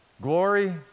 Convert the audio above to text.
Glory